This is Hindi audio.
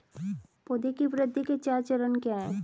पौधे की वृद्धि के चार चरण क्या हैं?